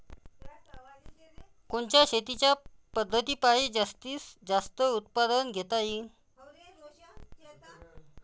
कोनच्या शेतीच्या पद्धतीपायी जास्तीत जास्त उत्पादन घेता येईल?